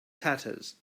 tatters